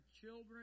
children